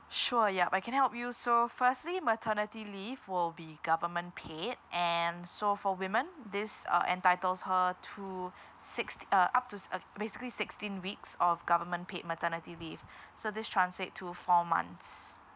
sure yup I can help you so firstly maternity leave will be government paid and so for women this uh entitles her to sixt~ uh up to s~ uh basically sixteen weeks of government paid maternity leave so this translate to four months